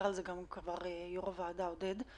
גם יושב-ראש הוועדה דיבר על זה.